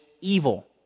evil